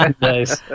Nice